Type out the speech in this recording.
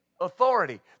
authority